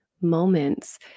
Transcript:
moments